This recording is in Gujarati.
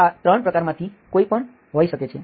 તો તે આ 3 પ્રકારમાંથી કોઈપણ હોઈ શકે છે